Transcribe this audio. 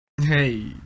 hey